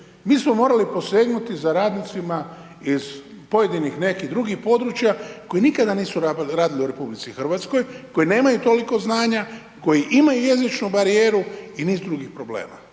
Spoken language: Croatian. mi smo morali posegnuti za radnicima iz pojedinih nekih drugih područja koji nikada nisu radili u RH, koji nemaju toliko znanja, koji imaju jezičnu barijeru i niz drugih problema,